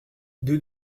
deux